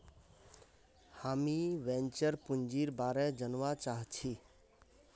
हामीं वेंचर पूंजीर बारे जनवा चाहछी